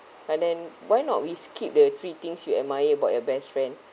but then why not we skip the three things you admire about your best friend